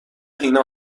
هینا